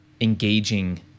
engaging